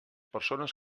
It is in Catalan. persones